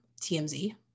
TMZ